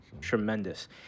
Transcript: Tremendous